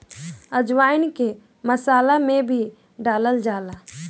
अजवाईन के मसाला में भी डालल जाला